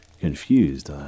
confused